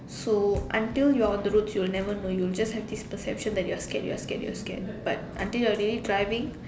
so until you are on the road you will never know you will have this perception that you are scared you are scared you are scared until you are really driving